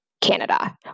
Canada